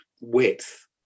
width